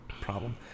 problem